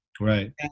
Right